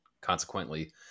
consequently